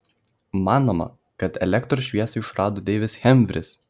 manoma kad elektros šviesą išrado deivis hemfris